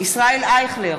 ישראל אייכלר,